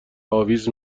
اویز